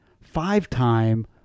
five-time